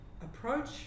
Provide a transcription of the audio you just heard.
approach